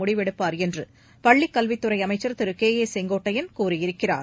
முடிவெடுப்பார் என்று பள்ளிக்கல்வித் துறை அமைச்சர் திரு கே ஏ செங்கோட்டையன் கூறியிருக்கிறார்